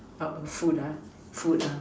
food food